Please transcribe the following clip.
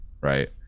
right